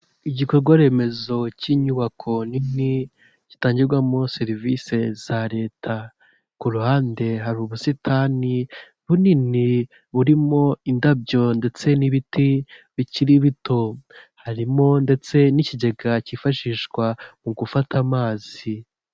Igikorwaremezo cy'inyubako nini gitangirwamo serivisi za leta, ku ruhande hari ubusitani bunini burimo indabyo ndetse n'ibiti bikiri bito, harimo ndetse n'ikigega cyifashishwa mu gufata amazi.